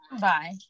Bye